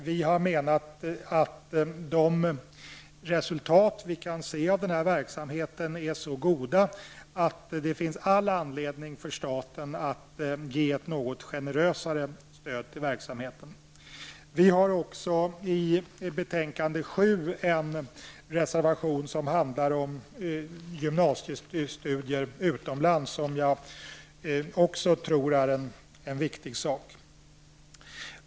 Vi har menat att de resultat vi kan se av denna verksamhet är så goda att det finns all anledning för staten att ge ett något generösare stöd till verksamheten. Vi har i betänkande 7 också en reservation som handlar om gymnasiestudier utomlands, något som jag också anser är en viktig sak.